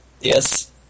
Yes